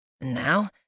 Now